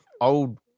old